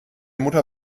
mutter